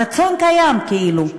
הרצון קיים, כאילו,